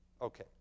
okay